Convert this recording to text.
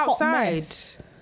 outside